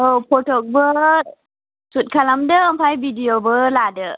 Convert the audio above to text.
औ फटकबो शुट खालामदो ओमफ्राय बिदिअ'बो लादो